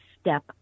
step